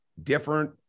Different